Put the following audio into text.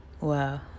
Wow